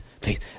please